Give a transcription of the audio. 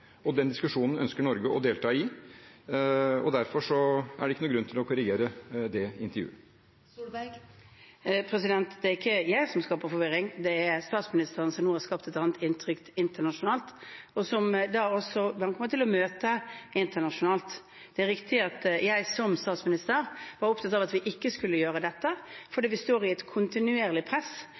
Den diskusjonen ønsker Norge å delta i, og derfor er det ikke noen grunn til å korrigere det intervjuet. Erna Solberg – til oppfølgingsspørsmål. Det er ikke jeg som skaper forvirring, det er statsministeren som nå har skapt et annet inntrykk internasjonalt, og som han også kommer til å møte internasjonalt. Det er riktig at jeg som statsminister var opptatt av at vi ikke skulle gjøre dette, fordi vi står i et kontinuerlig press